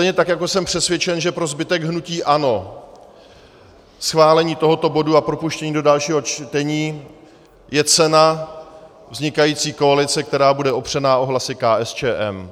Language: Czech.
Stejně tak jako jsem přesvědčen, že pro zbytek hnutí ANO schválení tohoto bodu a propuštění do dalšího čtení je cena vznikající koalice, která bude opřena o hlasy KSČM.